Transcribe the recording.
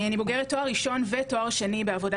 אני בוגרת תואר ראשון ותואר שני בבודה